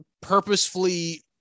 purposefully